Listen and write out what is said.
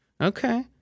Okay